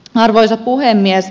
arvoisa puhemies